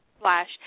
Flash